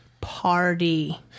party